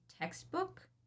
textbook